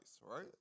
right